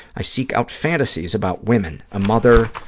i seek out fantasies about women, a mother,